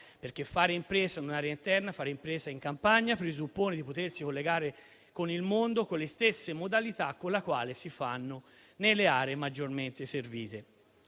perché fare impresa in un'area interna o in campagna presuppone di potersi collegare con il mondo con le stesse modalità garantite alle aree maggiormente servite.